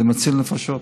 זה מציל נפשות.